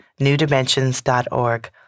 NewDimensions.org